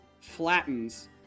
flattens